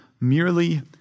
merely